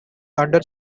under